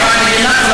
זה נאום.